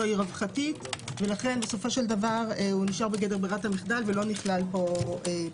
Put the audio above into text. היא רווחתית ולכן בסופו של דבר הוא נשאר בברירת המחדל ולא נכלל ברשימה.